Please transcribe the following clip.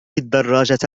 الدراجة